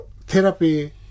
therapy